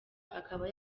akaba